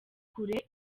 kure